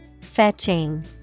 Fetching